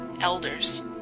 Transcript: ELDERS